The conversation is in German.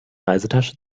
reisetasche